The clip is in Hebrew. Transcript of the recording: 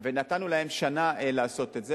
נתנו להם שנה לעשות את זה.